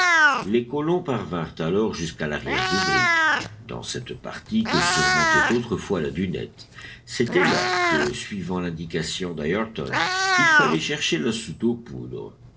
les colons parvinrent alors jusqu'à l'arrière du brick dans cette partie que surmontait autrefois la dunette c'était là que suivant l'indication d'ayrton il fallait chercher la soute aux poudres